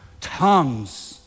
Tongues